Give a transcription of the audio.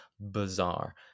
bizarre